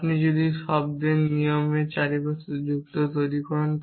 আপনি যদি শব্দের নিয়মের চারপাশে যুক্তি তৈরি করেন